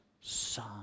son